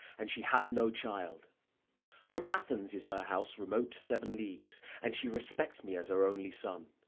and she hath no child from athens is her house remote seven leagues and she respects me as her only son.